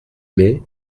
mai